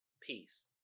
Peace